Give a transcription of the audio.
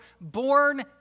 born